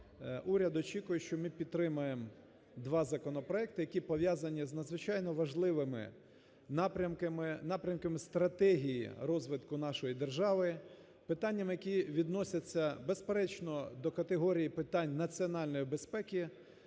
уряд очікує, що ми підтримаємо два законопроекти, які пов'язані з надзвичайно важливими напрямками, напрямками стратегії розвитку нашої держави, питанням, які відносяться, безперечно, до категорії питань національної безпеки,